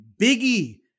Biggie